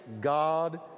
god